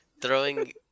throwing